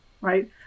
right